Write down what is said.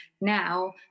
now